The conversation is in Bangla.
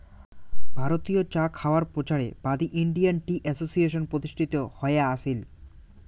ভারতীয় চা খাওয়ায় প্রচারের বাদী ইন্ডিয়ান টি অ্যাসোসিয়েশন প্রতিষ্ঠিত হয়া আছিল